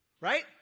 Right